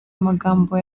amagambo